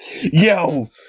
yo